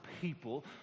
people